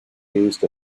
used